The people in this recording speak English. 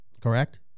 correct